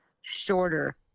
shorter